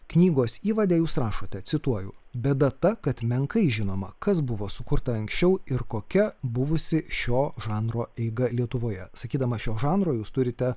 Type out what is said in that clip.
knygos įvade jūs rašote cituoju bėda ta kad menkai žinoma kas buvo sukurta anksčiau ir kokia buvusi šio žanro eiga lietuvoje sakydama šio žanro jūs turite